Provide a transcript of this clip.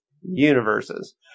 universes